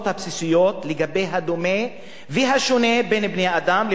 לגבי הדומה והשונה בין בני-האדם לבעלי-החיים.